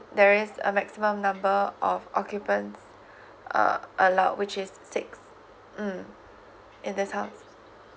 there is a maximum number of occupants uh allowed which is six mm in this house